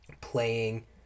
playing